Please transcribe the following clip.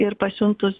ir pasiuntus